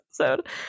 episode